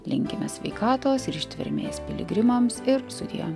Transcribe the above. linkime sveikatos ir ištvermės piligrimams ir sudie